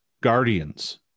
guardians